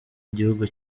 igihugu